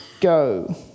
go